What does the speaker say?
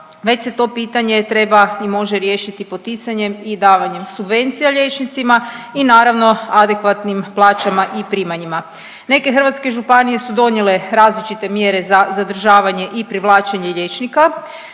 već se to pitanje treba i može riješiti poticanjem i davanjem subvencija liječnicima i naravno adekvatnim plaćama i primanjima. Neke hrvatske županije su donijele različite mjere za zadržavanje i privlačenje liječnika